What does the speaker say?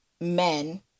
men